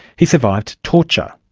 he survived torture,